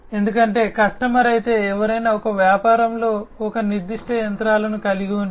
ఎందుకంటే కస్టమర్ అయితే ఎవరైనా ఒక వ్యాపారంలో ఒక నిర్దిష్ట యంత్రాలను కలిగి ఉంటే